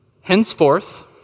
Henceforth